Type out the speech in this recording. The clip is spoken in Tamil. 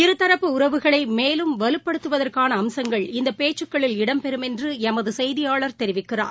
இருதரப்பு உறவுகளை மேலும் வலுப்படுத்துவதற்கான அம்சங்கள் இந்தப் பேச்சுக்களில் இடம் பெறும் என்று எமது செய்தியாளர் தெரிவிக்கிறார்